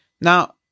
Now